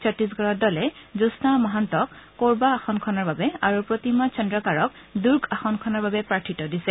ছত্তিশগড়ত দলে জ্যোৎস্না মহান্তক ক'ৰবা আসনখনৰ বাবে আৰু প্ৰতিমা চন্দ্ৰকাৰক দুৰ্গ আসনখনৰ বাবে প্ৰাৰ্থিত্ব দিছে